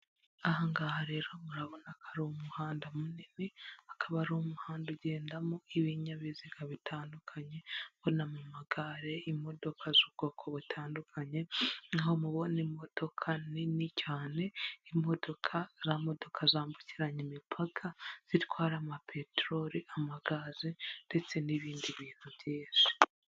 Ahangaha rero murabona ko ari umuhanda munini, akaba ari umuhanda ugendamo ibinyabiziga bitandukanye, ubonamo amagare, imodoka z'ubwoko butandukanye, n'aho mubona imodoka nini cyane, za modoka zambukiranya imipaka zitwara amapeteroli, amagaze ndetse n'ibindi bintu byinshi.